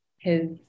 his-